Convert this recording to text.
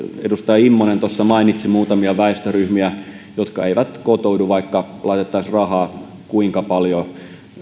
edustaja immonen tuossa mainitsi muutamia väestöryhmiä jotka eivät kotoudu vaikka laitettaisiin rahaa kuinka paljon